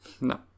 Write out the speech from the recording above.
No